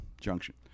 junction